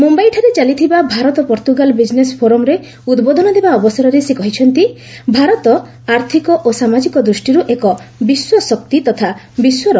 ମୁମ୍ୟାଇଠାରେ ଚାଲିଥିବା Bharat Portugal business ଫୋରମରେ ଉଦ୍ବୋଧନ ଦେବା ଅବସରରେ ସେ କହିଛନ୍ତି ଭାରତ ଆର୍ଥିକ ଓ ସାମାଜିକ ଦୃଷ୍ଟିରୁ ଏକ ବିଶ୍ୱଶକ୍ତି ତଥା ବିଶ୍ୱର ସର୍ବବୃହତ ଗଣତନ୍ତ୍ର